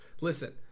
Listen